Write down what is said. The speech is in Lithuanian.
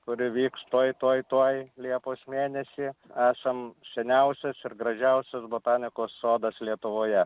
kuri vyks tuoj tuoj tuoj liepos mėnesį esam seniausias ir gražiausias botanikos sodas lietuvoje